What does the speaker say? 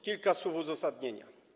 Kilka słów uzasadnienia.